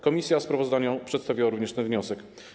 Komisja w sprawozdaniu przedstawiła również ten wniosek.